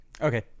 okay